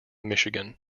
michigan